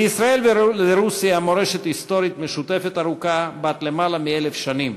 לישראל ולרוסיה יש מורשת היסטורית משותפת בת למעלה מ-1,000 שנים